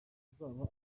izaba